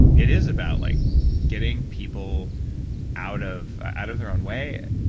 it is about like getting people out of out of their own way.